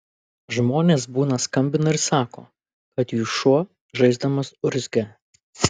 žmonės būna skambina ir sako kad jų šuo žaisdamas urzgia